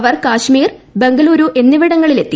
അവർ Kashmir Bengaluru എന്നിവിടങ്ങളിലെത്തി